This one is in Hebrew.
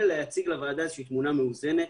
ולהציג לוועדה תמונה מאוזנת.